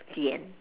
the end